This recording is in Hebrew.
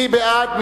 מי בעד?